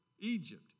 Egypt